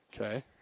Okay